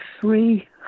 three